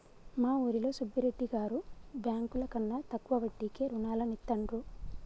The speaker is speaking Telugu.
మా ఊరిలో సుబ్బిరెడ్డి గారు బ్యేంకుల కన్నా తక్కువ వడ్డీకే రుణాలనిత్తండ్రు